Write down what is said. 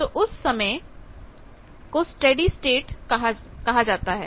तो हम उस समय को स्टेडी स्टेट कहते हैं